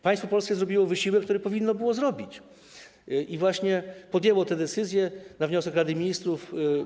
Państwo polskie zrobiło wysiłek, który powinno było zrobić, i podjęło tę decyzję na wniosek Rady Ministrów.